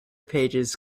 pages